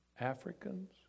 Africans